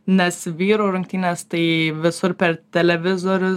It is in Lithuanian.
nes vyrų rungtynės tai visur per televizorius